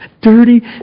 Dirty